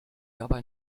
dabei